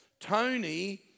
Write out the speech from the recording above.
Tony